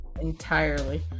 Entirely